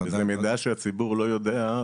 זה מידע שהציבור לא יודע,